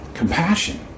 compassion